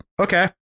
Okay